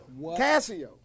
casio